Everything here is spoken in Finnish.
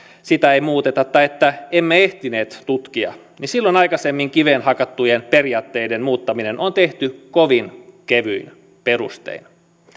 sitä ei muuteta tai että emme ehtineet tutkia niin silloin aikaisemmin kiveen hakattujen periaatteiden muuttaminen on tehty kovin kevyin perustein